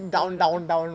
go down